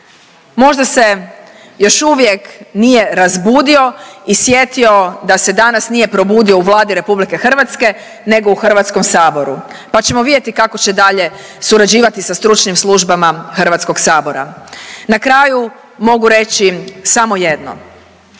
Možda se još uvijek nije razbudio i sjetio da se danas nije probudio u Vladi RH nego u HS, pa ćemo vidjeti kako će dalje surađivati sa stručnim službama HS. Na kraju mogu reći samo jedno,